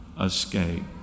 escape